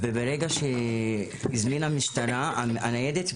וברגע שהיא הזמינה משטרה, הניידת באה,